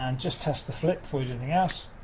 and just test the flip before you do anything else.